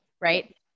right